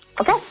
Okay